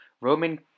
Roman